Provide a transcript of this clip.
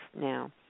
now